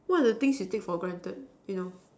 what are the things you take for granted you know